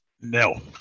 No